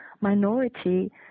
minority